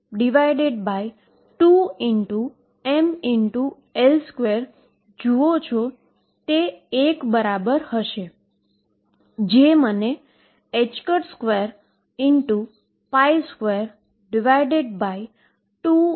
હવે જ્યારે તમે તે કરો છો ત્યારે તમને લાગે છે fs કાં તો ઓડ અથવા ઈવન હોઈ શકે